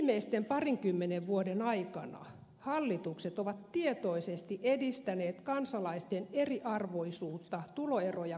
viimeisten parinkymmenen vuoden aikana hallitukset ovat tietoisesti edistäneet kansalaisten eriarvoisuutta tuloeroja kasvattamalla